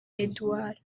edwards